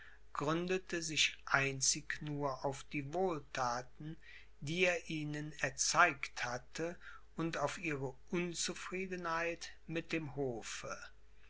gründete sich einzig nur auf die wohlthaten die er ihnen erzeigt hatte und auf ihre unzufriedenheit mit dem hofe